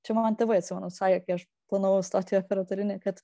čia mano tėvai atsimenu sakė kai aš planavau stoti į operatorinį kad